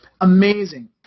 amazing